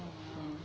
oh